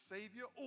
Savior